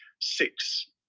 six